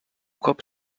cop